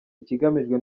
ikigamijwe